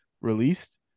released